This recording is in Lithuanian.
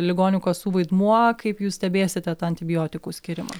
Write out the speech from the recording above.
ligonių kasų vaidmuo kaip jūs stebėsite tą antibiotikų skyrimą